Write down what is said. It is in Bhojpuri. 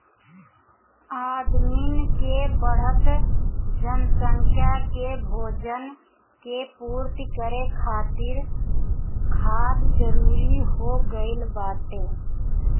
आदमिन के बढ़त जनसंख्या के भोजन के पूर्ति करे खातिर खाद जरूरी हो गइल बाटे